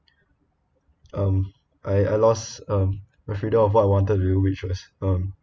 um I I lost um the freedom of I wanted to do which was um